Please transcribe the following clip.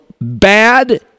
bad